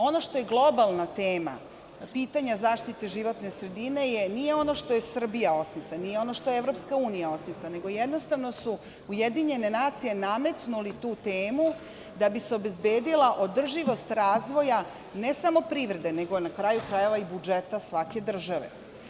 Ono što je globalna tema pitanja zaštite životne sredinenije ono što je Srbija osmislila, nije ono što je EU osmislila, nego jednostavno su UN nametnuli tu temu, da bi se obezbedila održivost razvoja ne samo privrede, nego na kraju krajeva i budžeta svake države.